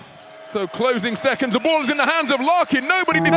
so closing seconds, the ball's in the hands of larkin, nobody